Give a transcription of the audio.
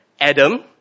Adam